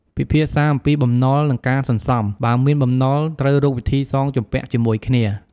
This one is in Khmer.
ពិភាក្សាអំពីបំណុល និងការសន្សំ បើមានបំណុល ត្រូវរកវិធីសងជំពាក់ជាមួយគ្នា។